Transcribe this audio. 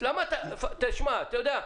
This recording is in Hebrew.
אתה יודע,